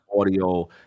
audio